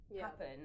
happen